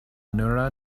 nura